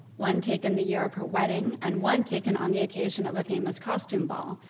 one taken the year of her wedding and one taken on the occasion of a famous costume ball,